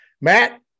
Matt